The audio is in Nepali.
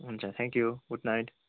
हुन्छ थ्याङ्क यू गुड नाइट